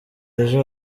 ejo